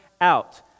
out